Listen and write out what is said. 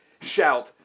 shout